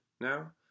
now